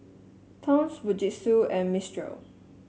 Toms Fujitsu and Mistral